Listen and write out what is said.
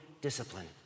discipline